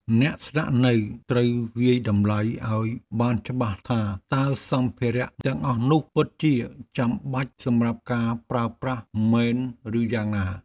អ្នកស្នាក់នៅត្រូវវាយតម្លៃឱ្យបានច្បាស់ថាតើសម្ភារៈទាំងអស់នោះពិតជាចាំបាច់សម្រាប់ការប្រើប្រាស់មែនឬយ៉ាងណា។